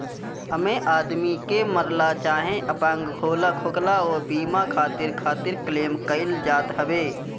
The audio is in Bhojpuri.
एमे आदमी के मरला चाहे अपंग होखला पे बीमा राशि खातिर क्लेम कईल जात हवे